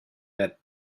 that